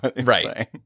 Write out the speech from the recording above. Right